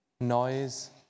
noise